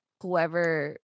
whoever